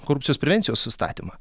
korupcijos prevencijos įstatymą